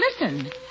listen